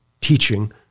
teaching